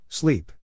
Sleep